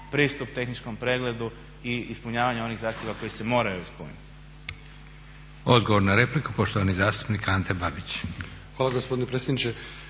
pristup tehničkom pregledu i ispunjavanju onih zahtjeva koji se moraju ispuniti. **Leko, Josip (SDP)** Odgovor na repliku, poštovani zastupnik Ante Babić. **Babić, Ante